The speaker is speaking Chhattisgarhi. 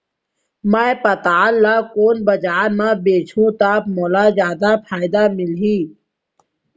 मैं पताल ल कोन बजार म बेचहुँ त मोला जादा फायदा मिलही?